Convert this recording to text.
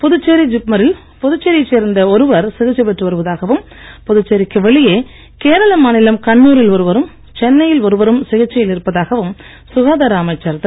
புதுச்சேரி ஜிப்மரில் புதுச்சேரியைச் சேர்ந்த ஒருவர் சிகிச்சை பெற்று வருவதாகவும் புதுச்சேரிக்கு வெளியே கேரள மாநிலம் கண்ணூரில் ஒருவரும் சென்னையில் ஒருவரும் சிகிச்சையில் இருப்பதாகவும் சுகாதார அமைச்சர் திரு